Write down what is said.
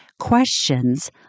Questions